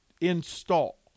install